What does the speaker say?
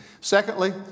Secondly